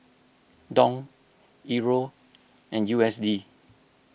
Dong Euro and U S D